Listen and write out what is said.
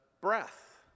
breath